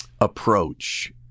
approach